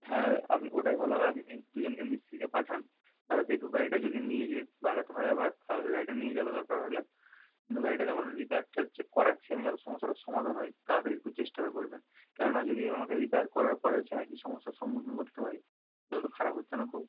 হ্যাঁ আপনি ওটাই ভালো হয় আপনি দুজনকে মিস্ত্রিকে পাঠান তারা দেখুক গাড়িটা যদি নিয়ে যেয়ে বাগাতে হয় আবার তাহলে গাড়িটা নিয়ে যাবে দরকার হলে কিন্তু গাড়িটা যেমন রিপেয়ারটার যে করাচ্ছি আমি যেন সমস্যাটার সমাধান হয় তাড়াতাড়ি একটু চেষ্টাটা করবেন কেননা যদি আমাকে রিপেয়ার করার পরেও সেই একই সমস্যার সম্মুখীন ঘটতে হয় তাহলে তো খারাপ হচ্ছে না খুব